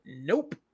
nope